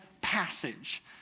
passage